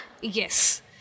Yes